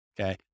Okay